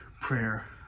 prayer